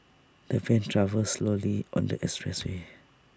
the van travelled slowly on the expressway